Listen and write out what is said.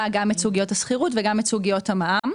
גם את סוגיות השכירות וגם את סוגיות המע"מ.